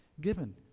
given